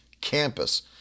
campus